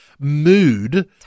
Mood